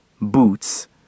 Boots